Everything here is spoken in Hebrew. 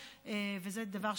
וזה מאוד חשוב,